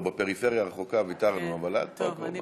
הוא בפריפריה הרחוקה, ויתרנו, אבל את כבר פה.